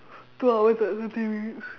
two hours and thirty minutes